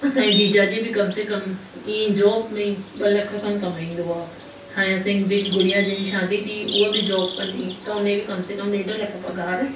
असांजे जीजा जी बि कम से कम ईअं जॉब में ॿ लख खनि कमाईंदो आहे हाणे असांजी जेकी गुड़िया जंहिंजी शादी थी हुआ बि जॉब कंदी त हुन जी बि कम से कम ॾेढ लख पघारु